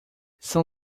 são